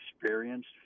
experienced